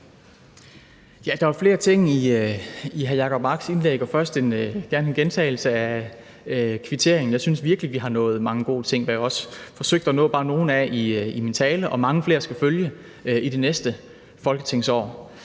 Der er jo flere ting i hr. Jacob Marks indlæg, og først vil jeg gerne gentage kvitteringen. Jeg synes virkelig, at vi har nået mange gode ting, og jeg forsøgte at nå bare nogle af dem i min tale – og mange flere skal følge i de næste folketingsår.